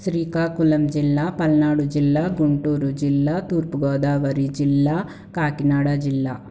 శ్రీకాకుళం జిల్లా పల్నాడు జిల్లా గుంటూరు జిల్లా తూర్పుగోదావరి జిల్లా కాకినాడ జిల్లా